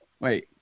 Wait